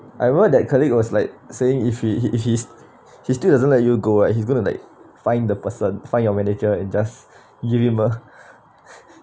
I remember that colleague was like saying if he if he's he's still doesn't like you go what he's gonna like find the person find your manager in just give him uh